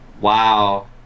Wow